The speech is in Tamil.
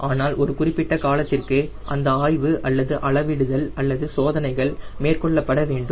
ஆனால் ஒரு குறிப்பிட்ட காலத்திற்கு அந்த ஆய்வு அல்லது அளவிடுதல் அல்லது சோதனைகள் மேற்கொள்ளப்பட வேண்டும்